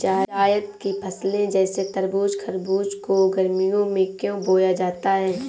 जायद की फसले जैसे तरबूज़ खरबूज को गर्मियों में क्यो बोया जाता है?